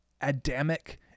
Adamic